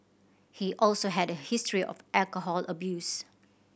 he also had a history of alcohol abuse